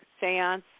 seance